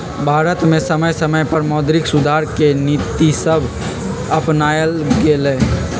भारत में समय समय पर मौद्रिक सुधार के नीतिसभ अपानाएल गेलइ